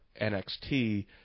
NXT